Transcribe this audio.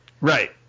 Right